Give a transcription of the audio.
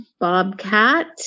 bobcat